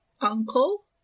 uncle